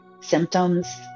symptoms